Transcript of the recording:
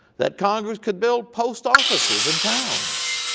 that congress could build post offices in towns.